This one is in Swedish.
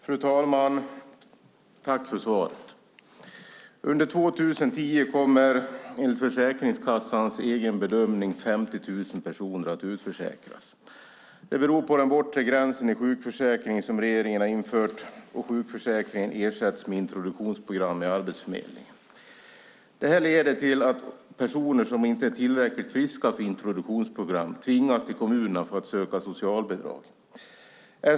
Fru talman! Tack för svaret! Under 2010 kommer enligt Försäkringskassans egen bedömning 50 000 personer att utförsäkras. Det beror på den bortre gräns i sjukförsäkringen som regeringen har infört då sjukförsäkringen ersätts med introduktionsprogram hos Arbetsförmedlingen. Detta leder till att personer som inte är tillräckligt friska för introduktionsprogram tvingas till kommunerna för att söka socialbidrag.